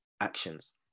actions